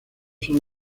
son